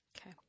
Okay